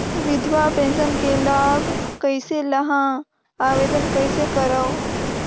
विधवा पेंशन के लाभ कइसे लहां? आवेदन कइसे करव?